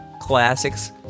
classics